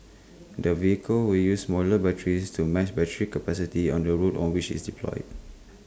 the vehicle will use modular batteries to match battery capacity on the route on which IT is deployed